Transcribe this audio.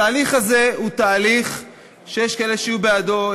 התהליך הזה הוא תהליך שיש כאלה שיהיו בעדו,